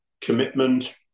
commitment